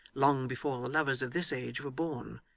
long before the lovers of this age were born,